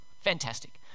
fantastic